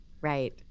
right